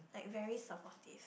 like very supportive